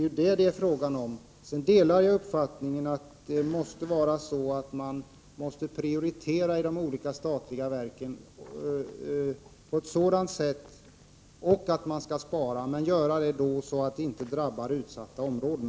Jag delar uppfattningen att de statliga verken måste spara och göra prioriteringar, men detta skall inte ske på ett sådant sätt att det drabbar utsatta områden.